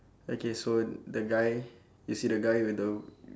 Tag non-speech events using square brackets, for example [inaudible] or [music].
okay so the guy you see the guy with the [noise]